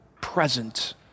present